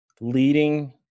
leading